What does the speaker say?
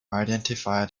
identified